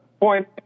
point